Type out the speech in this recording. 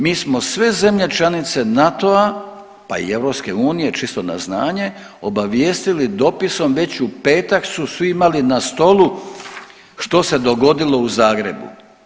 Mi smo sve zemlje članice NATO-a, pa i EU čisto na znanje obavijestili dopisom već u petak su svi imali na stolu što se dogodilo u Zagrebu.